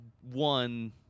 one